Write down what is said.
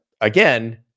again